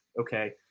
okay